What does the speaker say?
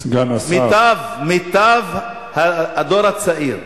מיטב הדור הצעיר,